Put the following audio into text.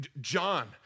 John